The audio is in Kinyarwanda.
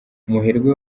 umuherwe